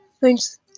thanks